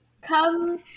come